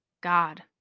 God